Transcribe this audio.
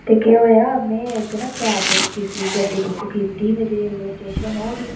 ते केह् होएआ में इक ना कैब बुक कीती गड्डी बुक कीती मेरी रेलवे स्टेशन ओह् ही